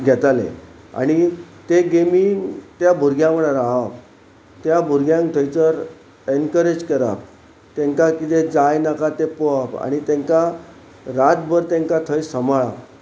घेताले आनी ते गेमी त्या भुरग्यां वांगडा रावप त्या भुरग्यांक थंयसर एनकरेज करप तांकां कितें जाय नाका तें पळोवप आनी तांकां रातभर तांकां थंय सांबाळप